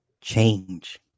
change